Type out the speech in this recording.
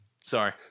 sorry